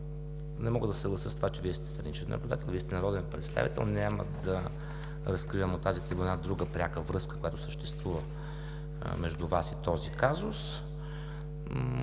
не мога да се съглася с това, че Вие сте страничен наблюдател, Вие сте народен представител, няма да разкривам от тази трибуна друга пряка връзка, която съществува между Вас и този казус,